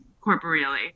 corporeally